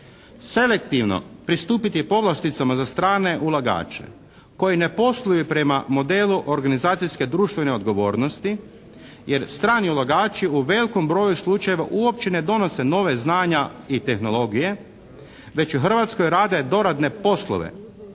Selektivno pristupiti povlasticama za strane ulagače koji ne posluju prema modelu organizacijske društvene odgovornosti jer strani ulagači u velikom broju slučajeva uopće ne donose nova znanja i tehnologije već u Hrvatskoj rade doradne poslove